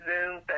Zoom